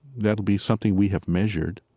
that'll be something we have measured,